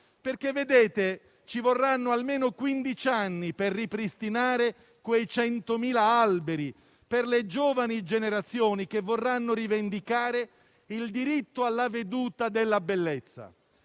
Infatti ci vorranno almeno quindici anni per ripristinare quei 100.000 alberi per le giovani generazioni che vorranno rivendicare il diritto alla veduta della bellezza.